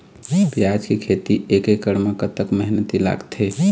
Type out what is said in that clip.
प्याज के खेती एक एकड़ म कतक मेहनती लागथे?